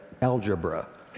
algebra